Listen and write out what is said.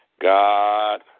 God